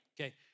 Okay